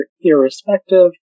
irrespective